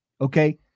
okay